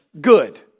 good